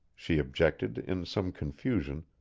she objected in some confusion,